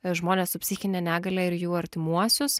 žmones su psichine negalia ir jų artimuosius